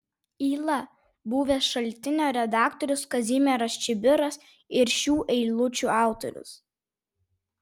yla buvęs šaltinio redaktorius kazimieras čibiras ir šių eilučių autorius